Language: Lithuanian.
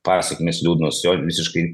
pasekmės liūdnos jo visiškai